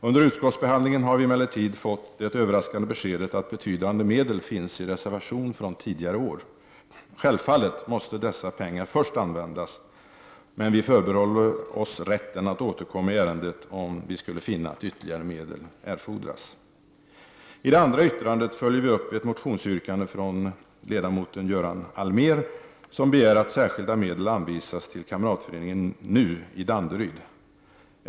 Under utskottsbehandlingen har vi emellertid fått det överraskande beskedet att betydande medel finns i reservation från tidigare år. Självfallet måste dessa pengar först användas, men vi förbehåller oss rätten att återkomma i ärendet om vi skulle finna att ytterligare medel erfordras. I det andra yttrandet följer vi upp ett motionsyrkande från ledamoten Göran Allmér, som begär att särskilda medel anvisas till kamratföreningen NU i Danderyd.